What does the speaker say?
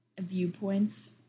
viewpoints